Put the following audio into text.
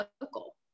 local